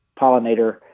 pollinator